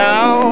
Now